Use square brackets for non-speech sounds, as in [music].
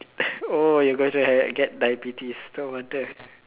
[laughs] oh you are going to have get diabetes no wonder